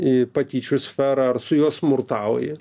į patyčių sferą ar su juo smurtauji